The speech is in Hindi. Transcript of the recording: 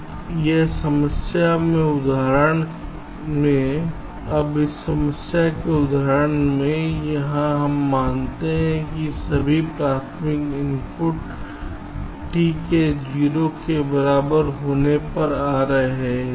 अब इस समस्या में इस उदाहरण में यहां हम मानते हैं कि सभी प्राथमिक इनपुट समय t के 0 के बराबर होने पर आ रहे हैं